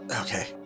Okay